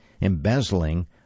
embezzling